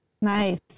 Nice